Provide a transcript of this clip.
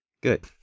Good